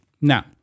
Now